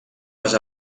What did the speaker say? les